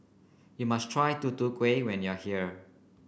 you must try Tutu Kueh when you are here